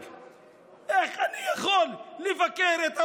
איך אני יכול לבקר את ההורים?